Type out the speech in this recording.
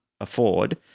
afford